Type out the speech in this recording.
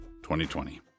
2020